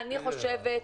רגע.